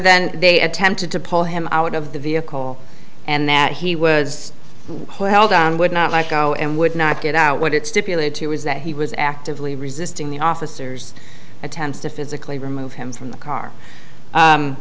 than they attempted to pull him out of the vehicle and that he was held down would not like go and would not get out what it stipulated to was that he was actively resisting the officers attempts to physically remove him from the car